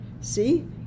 see